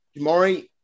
Jamari